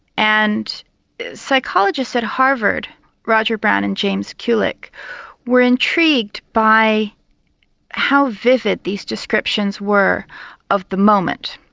and psychologists at harvard roger brown and james kulik were intrigued by how vivid these descriptions were of the moment.